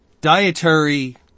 dietary